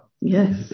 Yes